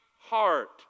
heart